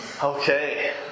Okay